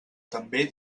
també